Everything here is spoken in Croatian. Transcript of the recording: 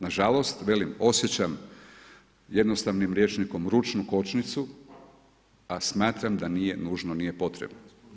Nažalost, velim, osjećam jednostavnim rječnikom ručnu kočnicu, a smatram da nije nužno, nije potrebno.